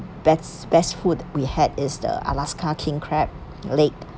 best best food we had is the alaska king crab leg